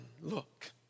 look